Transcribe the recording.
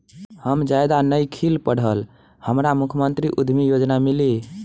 हम ज्यादा नइखिल पढ़ल हमरा मुख्यमंत्री उद्यमी योजना मिली?